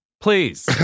please